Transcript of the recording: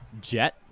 Jet